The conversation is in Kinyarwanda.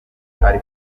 ari